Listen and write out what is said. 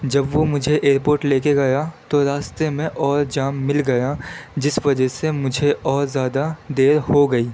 جب وہ مجھے ایئرپورٹ لے کے گیا تو راستے میں اور جام مل گیا جس وجہ سے مجھے اور زیادہ دیر ہو گئی